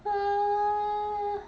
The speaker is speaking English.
!huh!